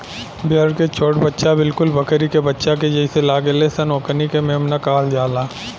भेड़ के छोट बच्चा बिलकुल बकरी के बच्चा के जइसे लागेल सन ओकनी के मेमना कहल जाला